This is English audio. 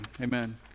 Amen